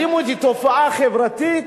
אלימות היא תופעה חברתית